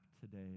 today